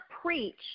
preach